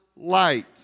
light